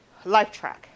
LifeTrack